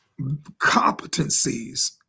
Competencies